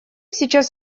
сейчас